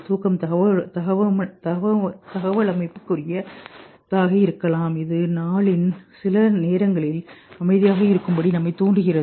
தூக்கம் தகவமைப்புக்குரியதாக இருக்கலாம் இது நாளின் சில நேரங்களில் அமைதியாக இருக்கும்படி நம்மைத் தூண்டுகிறது